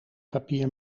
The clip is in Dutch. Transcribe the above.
papier